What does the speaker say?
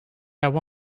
have